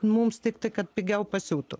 mums tiktai kad pigiau pasiūtų